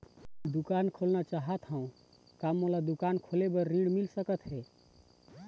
दुकान खोलना चाहत हाव, का मोला दुकान खोले बर ऋण मिल सकत हे?